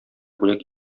бүләк